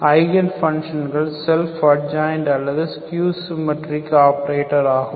eigen பங்ஷன்கள் self adjoint அல்லது skew symmetric operator ஆகும்